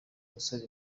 abasore